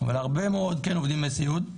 אבל הרבה מאוד כן עובדים בסיעוד.